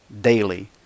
daily